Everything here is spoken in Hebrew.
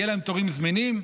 יהיו להם תורים זמינים,